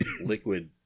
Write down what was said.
liquid